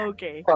Okay